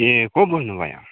ए को बोल्नु भयो